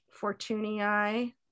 Fortunii